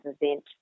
event